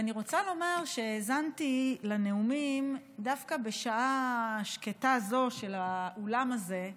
ואני רוצה לומר שהאזנתי לנאומים דווקא בשעה שקטה זו של האולם הזה,